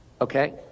okay